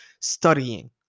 studying